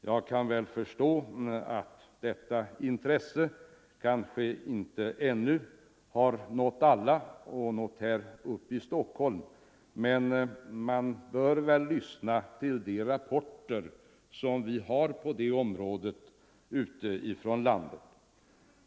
Jag kan väl förstå att detta intresse ännu inte nått alla och inte nått upp till Stockholm, men man bör väl lyssna till våra rapporter utifrån landet.